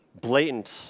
blatant